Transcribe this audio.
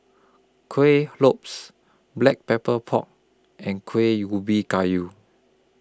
Kuih Lopes Black Pepper Pork and Kuih Ubi Kayu